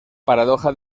paradoja